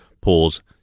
pause